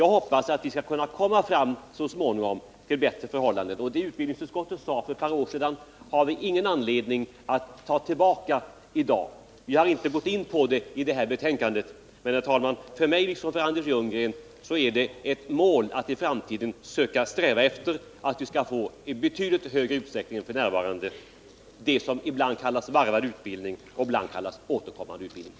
Jag hoppas att vi så småningom skall kunna komma fram till bättre förhållanden. Vad utbildningsutskottet uttalade för ett par år sedan har det ingen anledning att i dag ta tillbaka. Vi har inte tagit upp det i detta betänkande, men, herr talman, för mig liksom för Anders Ljunggren är det ett mål att sträva efter att i framtiden i betydligt större utsträckning än nu få till stånd varvad utbildning som benämns återkommande utbildning.